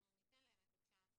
אני ניתן להם את הצ'אנס.